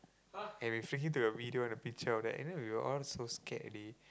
and we freaking took a video and a picture all that and then we were all so scared already